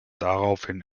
daraufhin